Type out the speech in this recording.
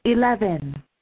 Eleven